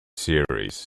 series